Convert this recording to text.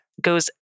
goes